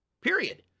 period